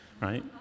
right